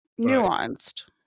nuanced